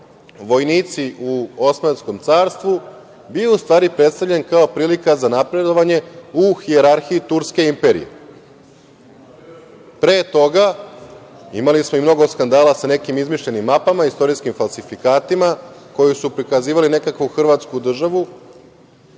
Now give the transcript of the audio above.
vojnici u Osmanskoj carstvu bio u stvari predstavljen kao prilika za napredovanje u hijerarhiji turske imperije. Pre toga imali smo i mnogo skandala sa nekim izmišljenim mapama, istorijskim falsifikatima koji su prikazivali nekakvu hrvatsku državu